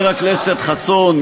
הכנסת חסון,